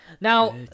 Now